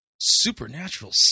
Supernatural